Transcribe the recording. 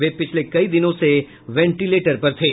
वे पिछले कई दिनों से वेंटिलेटर पर थे